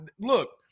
Look